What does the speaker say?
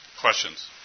Questions